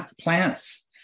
plants